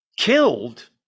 Killed